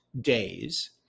days